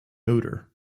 odor